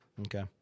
Okay